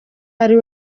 ari